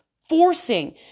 forcing